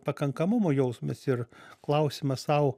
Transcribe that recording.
pakankamumo jausmas ir klausimas sau